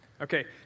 Okay